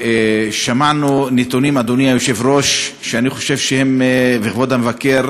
שמענו נתונים, אדוני היושב-ראש וכבוד המבקר,